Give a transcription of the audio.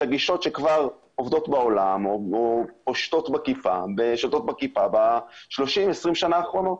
הגישות שכבר עובדות בעולם או שולטות בכיפה ב-20-30 השנים האחרונות.